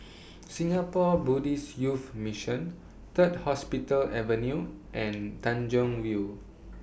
Singapore Buddhist Youth Mission Third Hospital Avenue and Tanjong Rhu